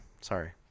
Sorry